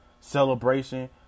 Celebration